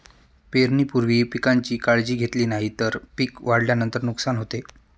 पेरणीपूर्वी पिकांची काळजी घेतली नाही तर पिक वाढल्यानंतर नुकसान होते